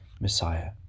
Messiah